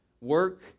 work